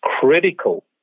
critical